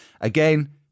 Again